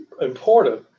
important